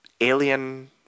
alien